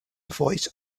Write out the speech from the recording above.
voice